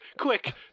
Quick